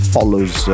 Follows